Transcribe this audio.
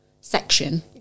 section